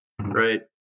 right